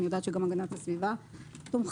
אני יודעת שגם הגנת הסביבה תומכים.